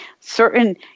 certain